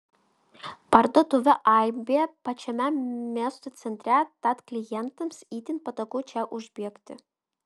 parduotuvė aibė pačiame miesto centre tad klientams itin patogu čia užbėgti